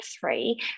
three